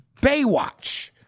Baywatch